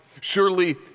Surely